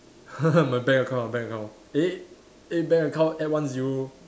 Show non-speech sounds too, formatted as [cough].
[laughs] my bank account bank account eh eh bank account add one zero